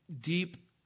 deep